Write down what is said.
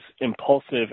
impulsive